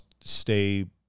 stay